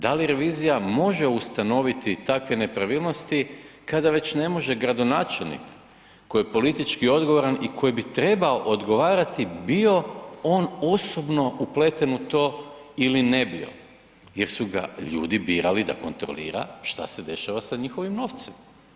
Da li revizija može ustanoviti takve nepravilnosti, kada već ne može gradonačelnik koji je politički odgovoran i koji bi trebao odgovarati, bio on osobno upleten u to ili ne bio jer su ga ljudi birali da kontrolira što se dešava s njihovim novcima.